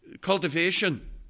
cultivation